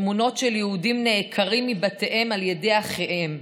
תמונות של יהודים נעקרים מבתיהם על ידי אחיהם,